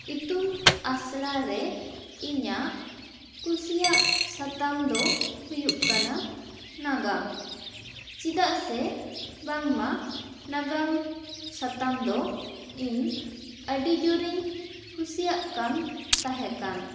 ᱤᱛᱩᱱ ᱟᱥᱲᱟ ᱨᱮ ᱤᱧᱟᱹᱜ ᱠᱩᱥᱤᱭᱟᱜ ᱥᱟᱛᱟᱢ ᱫᱚ ᱦᱩᱭᱩᱜ ᱠᱟᱱᱟ ᱱᱟᱜᱟᱢ ᱪᱮᱫᱟᱜ ᱥᱮ ᱵᱟᱝ ᱢᱟ ᱱᱟᱜᱟᱢ ᱥᱟᱛᱟᱢ ᱫᱚ ᱤᱧ ᱟᱹᱰᱤ ᱡᱚᱨ ᱤᱧ ᱠᱩᱥᱤᱭᱟᱜ ᱠᱟᱱ ᱛᱟᱦᱮᱸᱠᱟᱱ